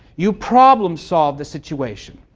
you problem solve the situation.